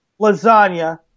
lasagna